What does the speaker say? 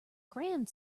grand